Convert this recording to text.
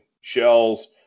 shells